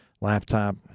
laptop